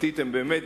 הם באמת